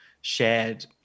shared